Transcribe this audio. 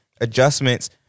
adjustments